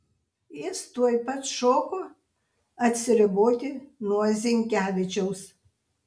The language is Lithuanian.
jis tuoj pat šoko atsiriboti nuo zinkevičiaus